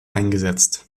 eingesetzt